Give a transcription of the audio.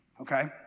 Okay